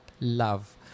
Love